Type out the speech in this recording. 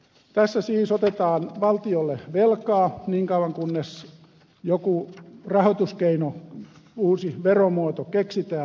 tässä siis otetaan valtiolle velkaa niin kauan kunnes joku rahoituskeino uusi veromuoto keksitään